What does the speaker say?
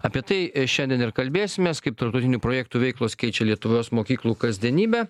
apie tai šiandien ir kalbėsimės kaip tarptautinių projektų veiklos keičia lietuvos mokyklų kasdienybę